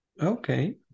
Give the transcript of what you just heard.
Okay